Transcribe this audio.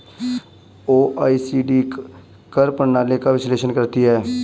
OECD कर प्रणाली का विश्लेषण करती हैं